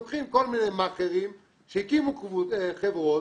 לוקחים כל מיני מאכרים שהקימו חברות,